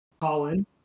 Colin